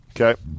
Okay